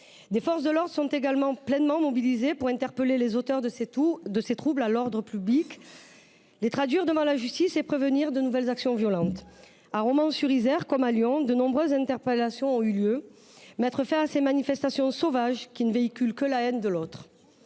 Les forces de l’ordre sont également pleinement mobilisées pour interpeller les auteurs de ces troubles à l’ordre public, les traduire devant la justice et prévenir de nouvelles actions violentes. À Romans sur Isère comme à Lyon, de nombreuses interpellations ont eu lieu pour mettre fin à ces manifestations sauvages qui ne véhiculent que la haine de l’autre.